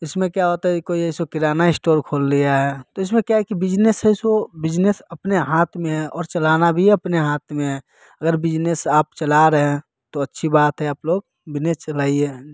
इसमें क्या होता है कोई जैसे कोई किराना स्टोर खोल लिया है तो इसमें क्या है कि बिजनेस है तो बिजनेस अपने हाथ में है और चलाना भी अपने हाथ में है अगर बिजनेस आप चला रहे हैं तो अच्छी बात है तो आप लोग बिजनेस चलाइए